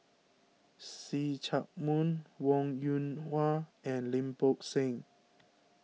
See Chak Mun Wong Yoon Wah and Lim Bo Seng